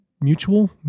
mutual